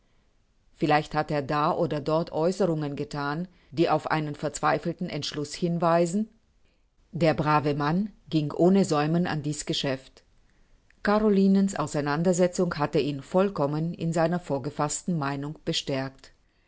vielleicht hat er da oder dort aeußerungen gethan die auf einen verzweifelten entschluß hinweisen der brave mann ging ohne säumen an dieß geschäft carolinens auseinandersetzung hatte ihn vollkommen in seiner vorgefaßten meinung bestärkt